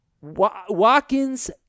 Watkins